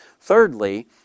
Thirdly